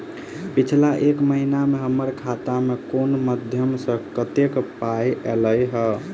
पिछला एक महीना मे हम्मर खाता मे कुन मध्यमे सऽ कत्तेक पाई ऐलई ह?